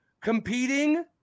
competing